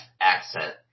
accent